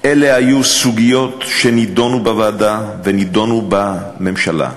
אלה היו סוגיות שנדונו בוועדה ונדונו בממשלה.